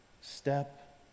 step